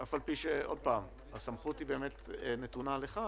אף על פי שהסמכות נתונה לך,